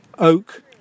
Oak